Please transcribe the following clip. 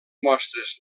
mostres